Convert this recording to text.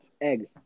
eggs